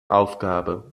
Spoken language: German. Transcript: aufgabe